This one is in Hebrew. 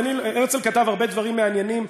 הרצל כתב בספריו הרבה דברים מעניינים.